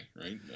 right